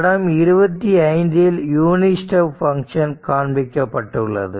படம் 25 இல் unit step function காண்பிக்கப்பட்டுள்ளது